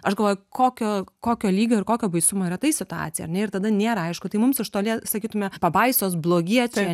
aš galvoju kokio kokio lygio ir kokio baisumo yra tai situacija ar ne ir tada nėra aišku tai mums iš toli sakytume pabaisos blogiečiai